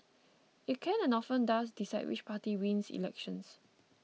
it can and often does decide which party wins elections